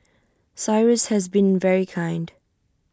cyrus has been very kind